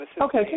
Okay